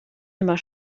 immer